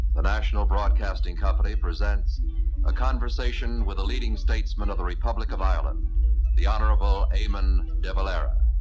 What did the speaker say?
the national broadcasting company presents a conversation with a leading statesman of the republic of ireland the honorable eamon de valera,